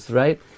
right